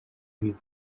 biba